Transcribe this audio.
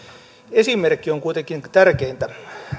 esimerkki on kuitenkin tärkeintä